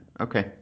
okay